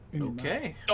Okay